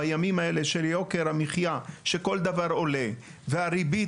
בימים האלה של יוקר המחיה שכל דבר עולה והריבית